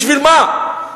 בשביל מה?